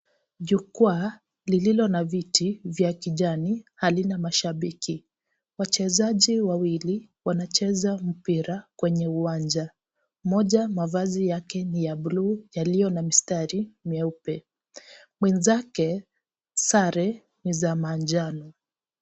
Jukwaa lililo na viti vya kijani halina mashabiki. Wachezaji wawili wanacheza mpira kwenye uwanja. Mmoja mavazi yake ni ya bluu yaliyo na mistari meupe. Mwenzake sare ni za manjano.